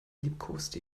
liebkoste